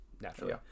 naturally